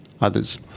others